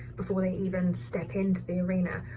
before they even step into the arena.